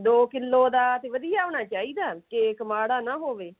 ਦੋ ਕਿਲੋ ਦਾ ਅਤੇ ਵਧੀਆ ਹੋਣਾ ਚਾਹੀਦਾ ਕੇਕ ਮਾੜਾ ਨਾ ਹੋਵੇ